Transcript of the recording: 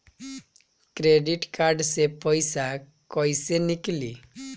Credit card से पईसा केइसे निकली?